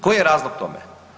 Koji je razlog tome?